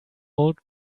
old